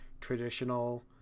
traditional